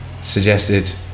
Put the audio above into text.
suggested